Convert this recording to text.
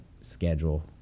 schedule